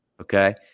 Okay